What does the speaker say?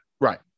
Right